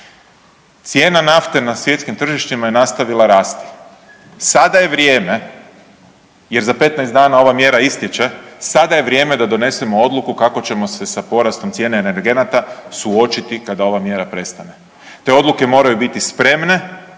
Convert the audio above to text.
Cijena naftne na svjetskim tržištima je nastavila rasti. Sada je vrijeme jer za 15 dana ova mjera istječe, sada je vrijeme d donesemo odluku kako ćemo se sa porastom cijene energenata suočiti kada ova mjera prestane. Te odluke moraju biti spremne